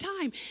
time